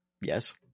Yes